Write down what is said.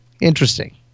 Interesting